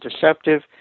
deceptive